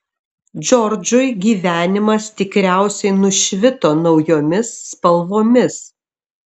džordžui gyvenimas tikriausiai nušvito naujomis spalvomis